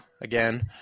again